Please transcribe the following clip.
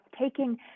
taking